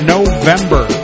November